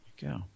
Go